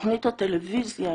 בתכנית הטלוויזיה,